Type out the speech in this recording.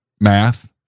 math